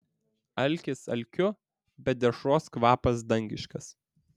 alkis alkiu bet dešros kvapas dangiškas